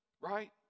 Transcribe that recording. Right